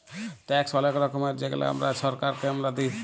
tax অলেক রকমের যেগলা আমরা ছরকারকে আমরা দিঁই